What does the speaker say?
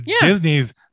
disney's